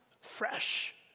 fresh